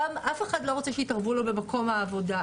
אף אחד לא רוצה שיתערבו לו במקום העבודה,